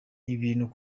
ibintu